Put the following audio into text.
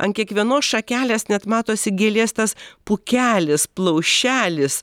ant kiekvienos šakelės net matosi gėlės tas pūkelis plaušelis